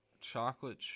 chocolate